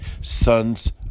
sons